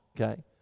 okay